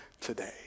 today